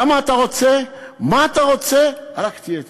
כמה אתה רוצה, מה אתה רוצה, רק תהיה אתנו.